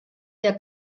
der